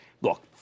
Look